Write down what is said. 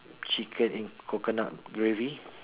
chicken in coconut gravy